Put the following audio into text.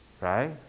Right